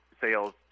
sales